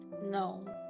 No